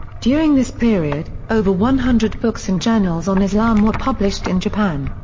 during this period, over one hundred books and journals on islam were published in japan.